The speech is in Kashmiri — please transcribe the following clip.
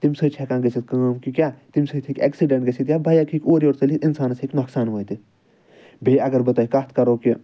تَمہِ سۭتۍ چھِ ہیٚکان گژھِتھ کٲم کہِ کیٛاہ تَمہِ سۭتۍ ہیٚکہِ ایٚکسِڈیٚنٛٹ گژھِتھ یا بایِک ہیٚکہِ اورٕ یور ژٔلِتھ اِنسانَس ہیٚکہِ نۄقصان وٲتِتھ بیٚیہِ اَگر بہٕ تۄہہِ کتھ کرو کہِ